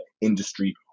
industry